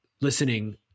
listening